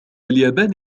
اليابان